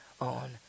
on